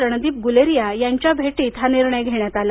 रणदीप गुलेरिया यांच्या भेटीत हा निर्णय घेण्यात आला